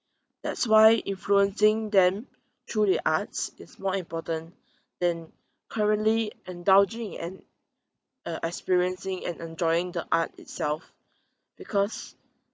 that's why influencing them through the arts is more important than currently indulging and uh experiencing and enjoying the art itself because